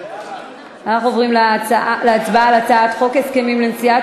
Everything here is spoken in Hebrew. אנחנו עוברים להצבעה על הצעת חוק הסכמים לנשיאת